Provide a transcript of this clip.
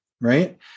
right